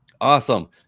Awesome